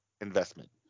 investment